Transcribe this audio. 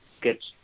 get